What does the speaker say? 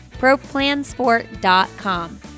ProPlansport.com